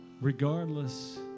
regardless